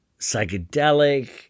psychedelic